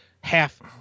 half-